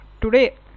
Today